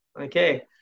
Okay